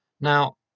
Now